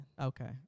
Okay